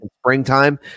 springtime